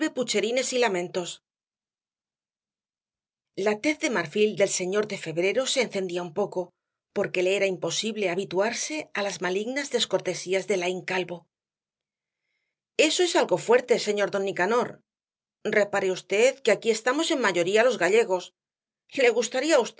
pucherines y lamentos la tez de marfil del señor de febrero se encendía un poco porque le era imposible habituarse á las malignas descortesías de laín calvo eso es algo fuerte señor don nicanor repare v que aquí estamos en mayoría los gallegos le gustaría